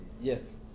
Yes